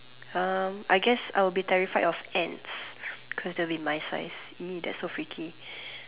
um I guess I will be terrified of ants cause they will be my size !ee! that's so freaky